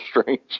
strange